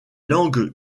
langues